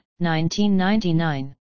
1999